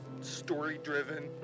story-driven